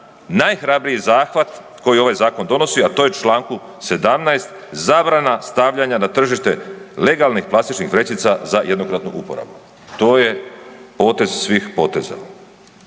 najhrabriji zahvat koji ovaj zakon donosi, a to je Članku 17. zabrana stavljanja na tržište legalnih plastičnih vrećica za jednokratnu uporabu. To je potez svih poteza.